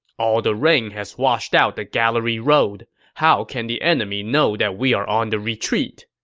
all the rain has washed out the gallery road. how can the enemy know that we are on the retreat?